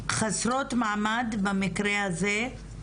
החסרות מעמד במקרה הזה,